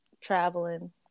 traveling